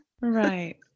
Right